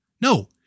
No